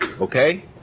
okay